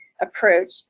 approach